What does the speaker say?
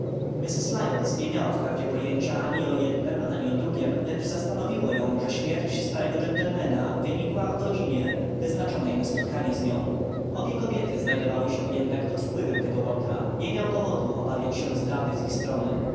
lyons nie miała wprawdzie pojęcia ani o jednem ani o drugiem lecz zastanowiło ją że śmierć starego gentlemana wynikła o godzinie wyznaczonej na spotkanie z nią obie kobiety znajdowały się jednak pod wpływem tego łotra nie miał powodu obawiać się zdrady z ich strony